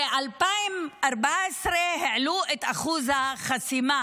ב-2014 העלו את אחוז החסימה